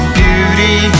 beauty